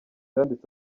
yanditse